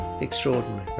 extraordinary